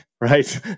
right